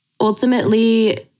ultimately